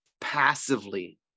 passively